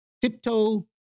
tiptoe